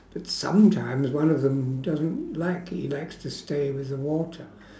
but sometimes one of them doesn't like he likes to stay with the water